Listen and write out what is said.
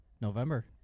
November